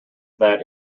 that